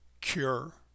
cure